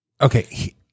Okay